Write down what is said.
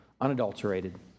unadulterated